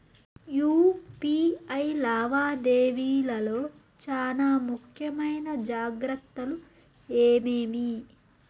UPI లావాదేవీల లో చానా ముఖ్యమైన జాగ్రత్తలు ఏమేమి?